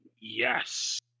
Yes